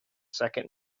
second